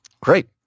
Great